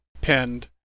pinned